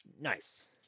nice